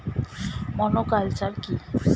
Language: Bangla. মনোকালচার কি?